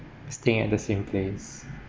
staying at the same place